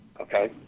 okay